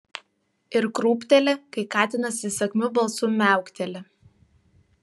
ir krūpteli kai katinas įsakmiu balsu miaukteli